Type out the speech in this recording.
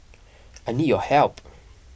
I need your help